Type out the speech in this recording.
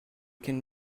can